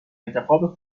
انتخاب